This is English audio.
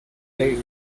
they